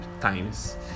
times